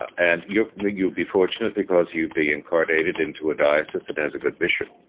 and you know you'll be fortunate because you'd be incarnated into a diocese that has a good bishop.